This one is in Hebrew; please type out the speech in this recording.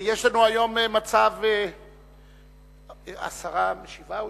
השרה משיבה?